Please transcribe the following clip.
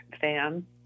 fan